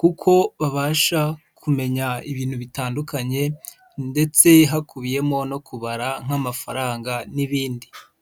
kuko babasha kumenya ibintu bitandukanye ndetse hakubiyemo no kubara nk'amafaranga n'ibindi.